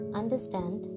understand